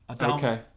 Okay